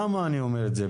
למה אני אומר את זה?